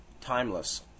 timeless